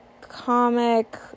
comic